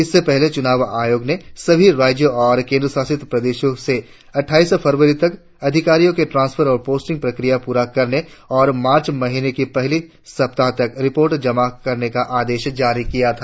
इससे पहले चुनाव आयोग ने सभी राज्यों और केंद्र शासित प्रदेशों से अटठाईस फरवरी तक अधिकारियों की ट्रांसफर और पोस्टिंग प्रक्रिया पूरा करने और मार्च महीने की पहली सप्ताह तक रिपोर्ट जमा करने का आदेश जारी किया था